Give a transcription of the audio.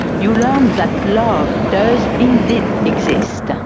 you learn that love does indeed exist.